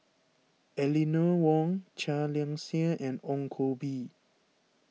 Eleanor Wong Chia Liang Seah and Ong Koh Bee